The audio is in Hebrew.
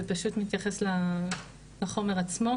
זה מתייחס לחומר הזה.